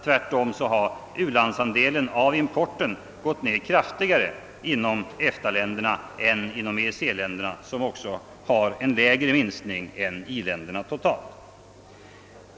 Tvärtom har u-landsandelen av importen gått ned kraftigare inom EFTA-länderna än inom EEC-länderna, som också har en lägre minskning än i-länderna totalt.